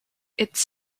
its